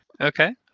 Okay